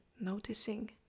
noticing